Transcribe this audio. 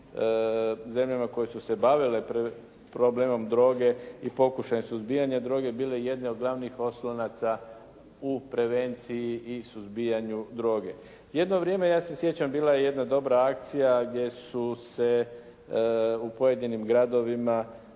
zemljama koje su se bavile problemom droge i pokušajem suzbijanja droge bile jedan od glavnih oslonaca u prevenciji i suzbijanju droge. Jedno vrijeme, ja se sjećam, bila je jedna dobra akcija gdje su se u pojedinim gradovima